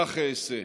כך אעשה.